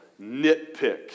Nitpick